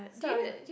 so I was like